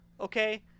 okay